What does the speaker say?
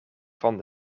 van